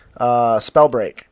Spellbreak